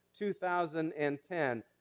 2010